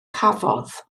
cafodd